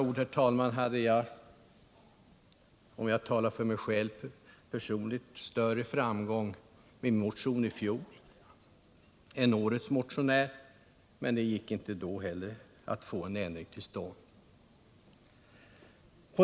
Jag hade alltså större framgång med min motion än årets motionär, men inte heller i fjol gick det att få en ändring till stånd.